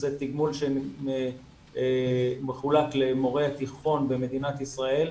זה תגמול שמחולק למורי התיכון במדינת ישראל.